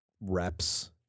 reps